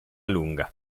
lunga